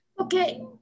Okay